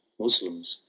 moslems,